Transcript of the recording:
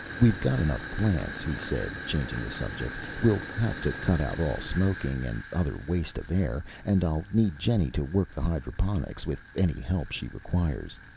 we've got enough plants, he said, changing the subject. we'll have to cut out all smoking and other waste of air. and i'll need jenny to work the hydroponics, with any help she requires.